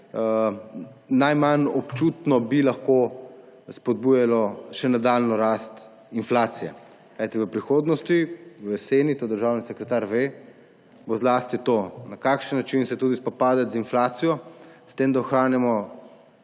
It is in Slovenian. najmanj občutno spodbujalo še nadaljnjo rast inflacije. Kajti v prihodnosti, v jeseni, to državni sekretar ve, bo zlasti to, na kakšen način se spopadati z inflacijo tako, da ohranjamo